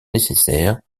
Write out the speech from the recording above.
nécessaire